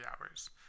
hours